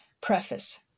Preface